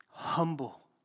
Humble